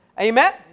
Amen